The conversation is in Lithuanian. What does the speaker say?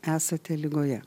esate ligoje